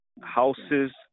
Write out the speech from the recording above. Houses